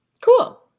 Cool